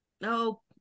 no